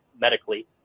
medically